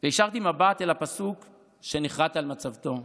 והישרתי מבט אל הפסוק שנחרט על מצבתו: